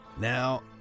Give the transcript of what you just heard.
Now